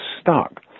Stuck